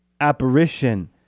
apparition